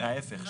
ההפך,